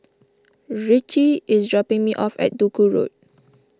Ricci is dropping me off at Duku Road